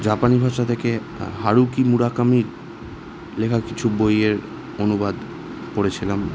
জাপানি ভাষা থেকে হারুকি মুরাকামি লেখা কিছু বইয়ের অনুবাদ পড়েছিলাম